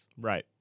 Right